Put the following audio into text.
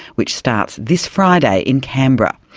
which starts this friday in canberra.